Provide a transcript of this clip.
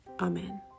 Amen